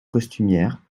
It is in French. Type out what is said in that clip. costumière